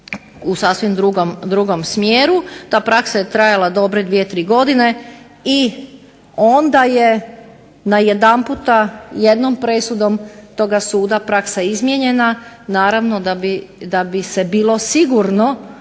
u sasvim drugom smjeru, ta praksa je trajala dobre 2, 3 godine onda je najedanput jednom presudom toga suda praksa izmijenjena naravno da bi se bilo sigurno